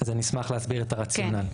אז אני אשמח להסביר את הרציונל,